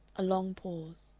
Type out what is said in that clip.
a long pause.